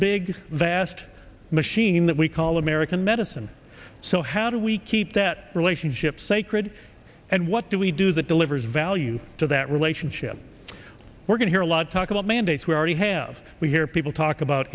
big vast machine that we call american medicine so how do we keep that relationship sacred and what do we do that delivers value to that relationship we're going hear a lot of talk about mandates we already have we hear people talk about